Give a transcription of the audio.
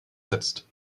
setzt